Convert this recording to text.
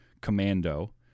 Commando